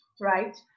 right